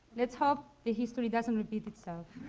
let's hope that history doesn't repeat itself.